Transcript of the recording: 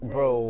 Bro